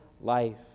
life